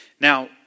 Now